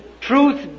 truth